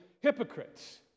hypocrites